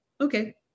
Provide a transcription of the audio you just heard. Okay